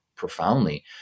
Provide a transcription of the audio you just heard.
profoundly